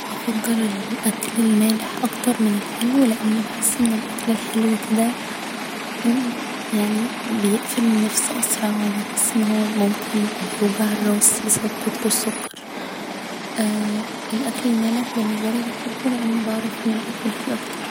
افضل الأكل المالح اكتر من الحلو لان بحس ان الأكل الحلو كده اممم يعني بيقفل النفس اسرع و بحس انه هو ممكن بيوجع الراس بسبب كتر السكر الأكل المالح بالنسبالي بحبه لأني بعرف اني اكل فيه اكتر